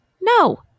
No